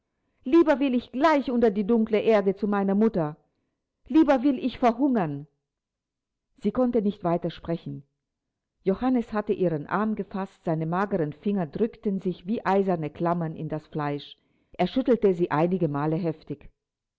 lieber will ich gleich unter die dunkle erde zu meiner mutter lieber will ich verhungern sie konnte nicht weiter sprechen johannes hatte ihren arm gefaßt seine mageren finger drückten sich wie eiserne klammern in das fleisch er schüttelte sie einige male heftig